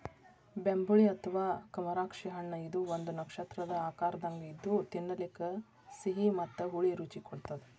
ಬೆಂಬುಳಿ ಅಥವಾ ಕಮರಾಕ್ಷಿ ಹಣ್ಣಇದು ಒಂದು ನಕ್ಷತ್ರದ ಆಕಾರದಂಗ ಇದ್ದು ತಿನ್ನಲಿಕ ಸಿಹಿ ಮತ್ತ ಹುಳಿ ರುಚಿ ಕೊಡತ್ತದ